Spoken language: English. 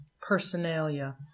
Personalia